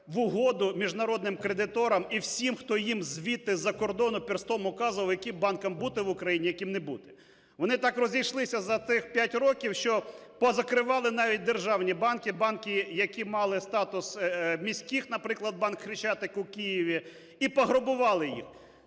в угоду міжнародним кредиторам і всім, хто їм звідти, з-за закордону, перстом указував, яким банкам бути в Україні, а яким не бути. Вони так розійшлися за цих 5 років, що позакривали навіть державні банки, банки, які мали статус міських, наприклад, банк "Хрещатик" у Києві, і пограбували їх.